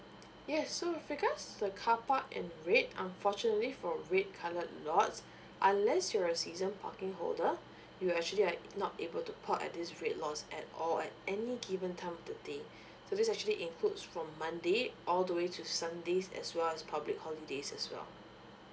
yes so with regards the carpark in red unfortunately for red coloured lots unless you're a season parking holder you actually are not able to park at this red lots at or at any given time of the day so this actually includes from monday all the way to sunday as well as public holidays as well